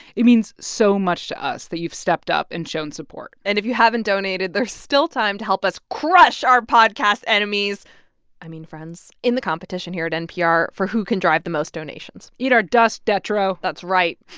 it means so much to us that you've stepped up and shown support and if you haven't donated, there's still time to help us crush our podcast enemies i mean friends in the competition here at npr for who can drive the most donations eat our dust, detrow that's right.